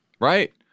right